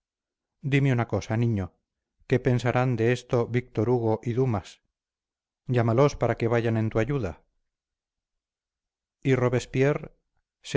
dime una cosa niño qué pensarán de esto víctor hugo y dumas llámalos para que vayan en tu ayuda y robespierre